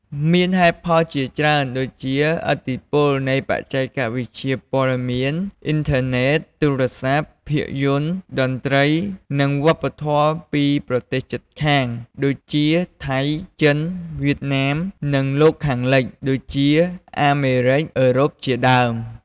មានហេតុផលជាច្រើន ដូចជា ឥទ្ធិពលនៃបច្ចេកវិទ្យាព័ត៌មាន អ៊ីនធឺណិត ទូរស័ព្ទ ភាពយន្ត តន្ត្រី និងវប្បធម៌ពីប្រទេសជិតខាង ដូចជាថៃ ចិន វៀតណាម និងលោកខាងលិច ដូចជាអាមេរិក អឺរ៉ុបជាដើម ។